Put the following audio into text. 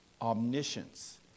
Omniscience